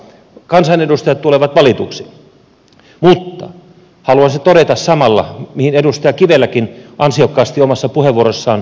kansanedustajat tulevat valituiksi mutta haluaisin todeta samalla mihin edustaja kiveläkin ansiokkaasti omassa puheenvuorossaan viittasi